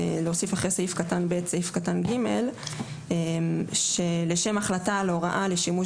אחרי סעיף קטן (ב) את סעיף קטן (ג): "לשם החלטה על הוראה לשימוש